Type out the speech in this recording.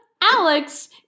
Alex